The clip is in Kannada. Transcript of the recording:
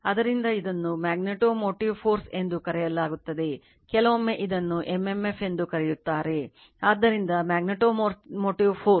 ಆದ್ದರಿಂದ ಇದನ್ನು ಮ್ಯಾಗ್ನೆಟೋಮೋಟಿವ್ ಫೋರ್ಸ್ ಎಂದು ಕರೆಯಲಾಗುತ್ತದೆ ಕೆಲವೊಮ್ಮೆ ಇದನ್ನು m m f ಎಂದು ಕರೆಯುತ್ತಾರೆ ಆದ್ದರಿಂದ ಮ್ಯಾಗ್ನೆಟೋಮೋಟಿವ್ ಫೋರ್ಸ್